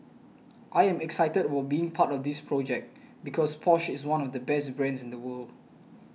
I am excited about being part of this project because Porsche is one of the best brands in the world